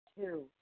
Two